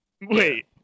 Wait